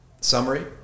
summary